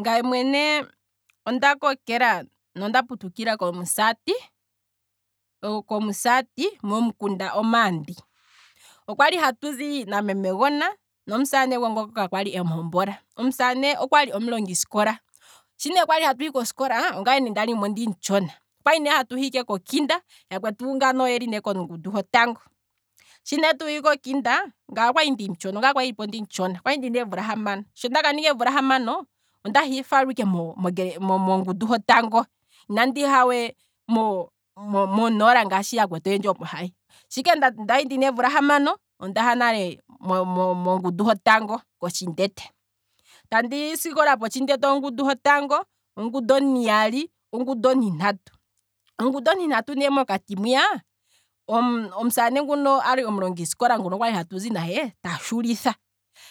Ngaye mwene onda kokela nonda putukila komusati, komusati momukunda omaandi, okwali hatuzi na memegona nomusamane gwe ngoka kwali emuhombola, omusamane okwali omulongiskola, shi ne kwali hatu hi koskola, ongaye ne ndalimo omutshona. okwali hatuyi kokinda manga yakwetu yamwe yeli mongundu hotango shi ne tuli kokinda ongaye ndalipo ndi mutshona, ongaye kwali omutshona okwali ndina eemvula hamano, sho ndaninga eemvula hamano, onda falwa ike mograde mongundu hotango inandiha we mo no- nola ngaashi yakwetu oyendji omo haya hi, shi ike ndali ndina eemvula hamo. ondaha nale mo- mongundu hotango kotshindete, tandisikola potshindete ongundu hotango, ongundu ontiyali, ongundu ontintatu, mongundu ne ontintatu mokati mwiya, omusamane nguno omulongisikola kwali hatuzi nahe, ta shulitha,